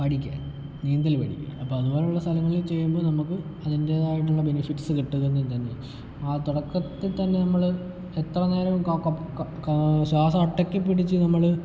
പഠിക്ക നീന്തൽ പഠിക്കാൻ അപ്പോൾ അതുപോലെയുള്ള സ്ഥലങ്ങളിൽ ചെയ്യുമ്പോൾ നമുക്ക് അതിൻ്റേതായിട്ടുള്ള ബെനിഫിറ്റ്സ് കിട്ടുക തന്നെ ആ തുടക്കത്തിൽ തന്നെ നമ്മൾ എത്ര നേരം ക ക ക ശ്വാസം അടക്കിപ്പിടിച്ച് നമ്മൾ